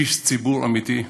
איש ציבור אמיתי.